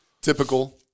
typical